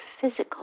physical